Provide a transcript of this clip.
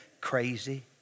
Crazy